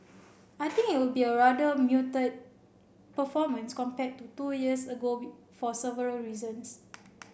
I think it will be a rather muted performance compared to two years ago for several reasons